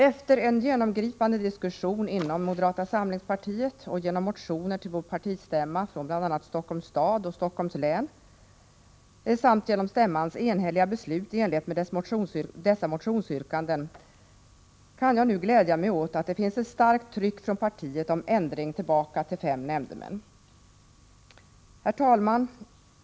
Efter en genomgripande diskussion inom moderata samlingspartiet, genom motioner till partistämman från bl.a. Stockholms stad och Stockholms län samt genom stämmans enhälliga beslut i enlighet med dessa motionsyrkanden kan jag nu glädja mig åt att det finns ett starkt tryck från partiet om ändring tillbaka till fem nämndemän. Herr talman!